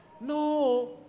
No